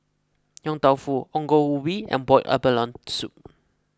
Yong Tau Foo Ongol Ubi and Boiled Abalone Soup